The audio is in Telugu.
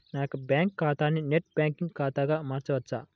నా యొక్క బ్యాంకు ఖాతాని నెట్ బ్యాంకింగ్ ఖాతాగా మార్చవచ్చా?